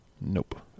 Nope